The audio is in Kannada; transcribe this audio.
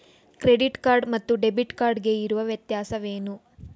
ಕ್ರೆಡಿಟ್ ಕಾರ್ಡ್ ಮತ್ತು ಡೆಬಿಟ್ ಕಾರ್ಡ್ ಗೆ ಇರುವ ವ್ಯತ್ಯಾಸವೇನು?